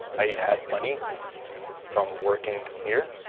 i had money from working here,